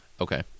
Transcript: Okay